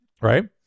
right